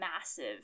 massive